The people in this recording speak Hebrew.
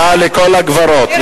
תודה לכל הגברות.